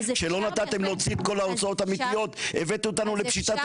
שלא נתתם להוציא את כל ההוצאות ה --- הבאתם אותנו לפשיטת